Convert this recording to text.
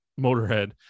motorhead